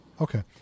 Okay